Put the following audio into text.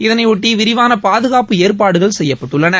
இதனையொட்டி விரிவான பாதுகாப்பு ஏற்பாடுகள் செய்யப்பட்டுள்ளன